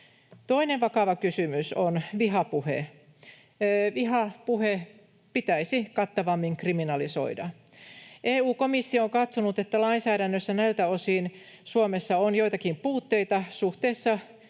Toinen vakava kysymys on vihapuhe. Vihapuhe pitäisi kattavammin kriminalisoida. EU-komissio on katsonut, että lainsäädännössä näiltä osin Suomessa on joitakin puutteita suhteessa